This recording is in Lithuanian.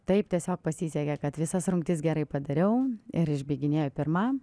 taip tiesiog pasisekė kad visas rungtis gerai padariau ir išbėginėjau pirma